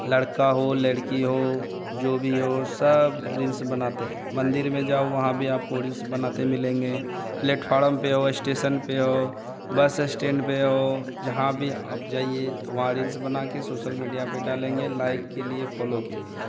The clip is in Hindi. लड़का हो लड़की हो जो भी हो सब रील्स बनाते हैं मंदिर में जाओ वहाँ भी आपको रील्स बनाते मिलेंगे प्लेटफारम पर हो इस्टेशन पर हो बस इस्टैंड पर हो जहाँ भी आप जाइए तो वहाँ रील्स बनाकर सोसल मीडिया पर डालेंगे लाइक के लिए फॉलो के लिए